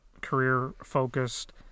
career-focused